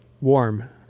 warm